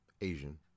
Asian